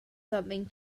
something